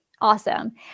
Awesome